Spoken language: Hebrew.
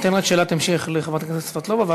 אני אתן רק שאלת המשך לחברת הכנסת סבטלובה,